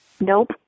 Nope